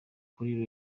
kuri